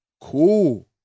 cool